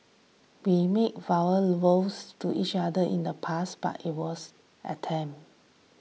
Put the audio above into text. we made verbal vows to each other in the past but it was attempt